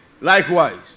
Likewise